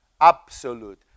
absolute